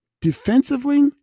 Defensively